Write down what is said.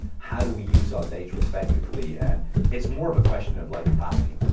how do we use our data effectively? and it's more of a question of like capacity.